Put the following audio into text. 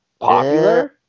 popular